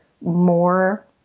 more